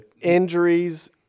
injuries